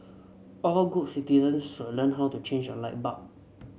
all good citizens should learn how to change a light bulb